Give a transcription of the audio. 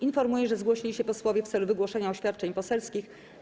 Informuję, że zgłosili się posłowie w celu wygłoszenia oświadczeń poselskich.